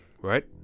right